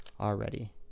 already